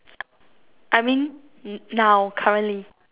I mean now currently ya